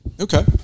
Okay